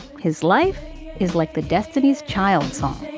his life is like the destiny's child song